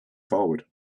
forward